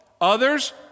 others